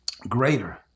greater